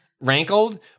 rankled